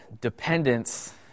Dependence